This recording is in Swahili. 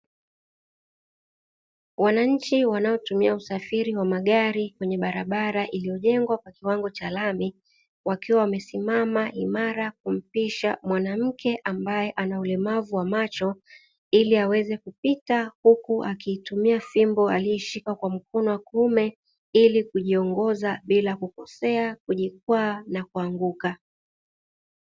Wananchi wanaotumia usafiri wa magari kwenye barabara, iliyojengwa kwa kiwango cha lami wakiwa wamesimama imara, kumpisha mwanamke ambaye ana ulemavu wa macho ili aweze kupita huku, akiitumia fimbo alieshika kwa mkono wa kiume ili kujiongoza bila kukosea. kujikwaa na kuanguka.